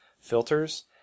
filters